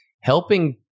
helping